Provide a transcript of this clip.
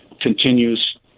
continues